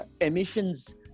emissions